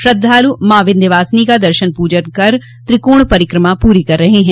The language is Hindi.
श्रद्धालु माँ विन्ध्यवासिनी का दर्शन पूजन कर त्रिकोण परिक्रमा पूरो कर रहे हैं